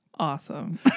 Awesome